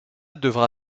devra